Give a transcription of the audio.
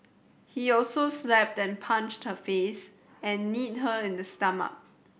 he also slapped and punched her face and kneed her in the stomach